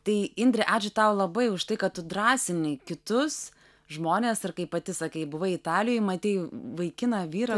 tai indre ačiū tau labai už tai kad tu drąsini kitus žmones ir kaip pati sakei buvai italijoj matei vaikiną vyrą